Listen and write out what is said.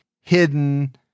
hidden